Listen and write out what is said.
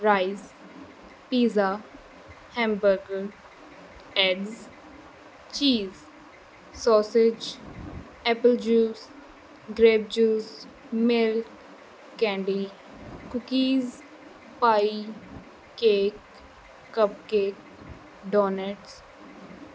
rice pizza hamburger eggs cheese sausage apple juice grape juice milk candy cookies pie cake cup cake donuts